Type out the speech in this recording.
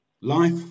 Life